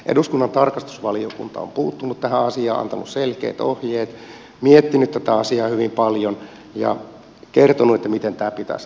eduskunnan tarkastusvaliokunta on puuttunut tähän asiaan antanut selkeät ohjeet miettinyt tätä asiaa hyvin paljon ja kertonut miten tämä pitäisi ratkaista